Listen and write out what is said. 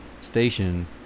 station